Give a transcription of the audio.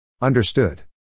Understood